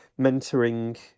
mentoring